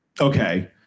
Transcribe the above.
Okay